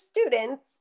students